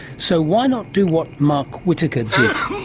so, why not do what mark whittaker did,